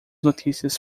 notícias